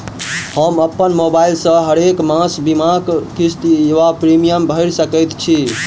हम अप्पन मोबाइल सँ हरेक मास बीमाक किस्त वा प्रिमियम भैर सकैत छी?